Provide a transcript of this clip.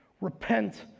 Repent